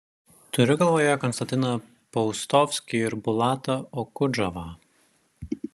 turiu galvoje konstantiną paustovskį ir bulatą okudžavą